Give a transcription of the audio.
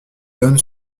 donne